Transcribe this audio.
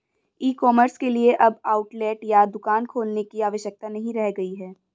ई commerce के लिए अब आउटलेट या दुकान खोलने की आवश्यकता नहीं रह गई है